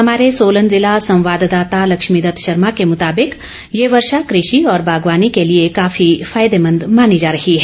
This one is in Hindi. हमारे सोलन जिला संवाददाता लक्ष्मी दत्त शर्मा के मुताबिक ये वर्षा कृषि और बागवानी के लिए काफी फायदेमंद मानी जा रही है